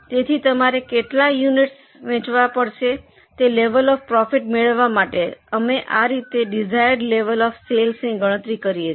તેથી તમારે કેટલા યુનિટસ વેચવાના પડશે તે લેવલ ઑફ પ્રોફિટ મેળવવા માટે અમે આ રીતે દિશાયેંર્ડ લેવલ ઑફ સેલ્સની ગણતરી કરીએ છીએ